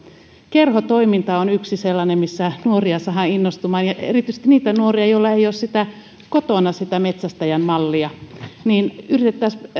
kerhotoiminta on yksi sellainen missä nuoria saadaan innostumaan erityisesti niitä nuoria joilla ei ole kotona sitä metsästäjän mallia eli yritettäisiin